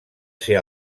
ser